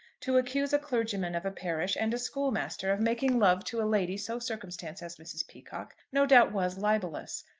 to accuse a clergyman of a parish, and a schoolmaster, of making love to a lady so circumstanced as mrs. peacocke, no doubt was libellous.